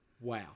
Wow